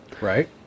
Right